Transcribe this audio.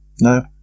No